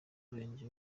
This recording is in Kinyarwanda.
murenge